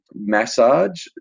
massage